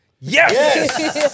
Yes